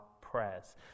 prayers